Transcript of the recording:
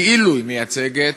כאילו היא מייצגת,